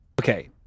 Okay